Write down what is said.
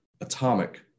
atomic